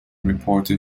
reported